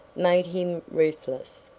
made him ruthless.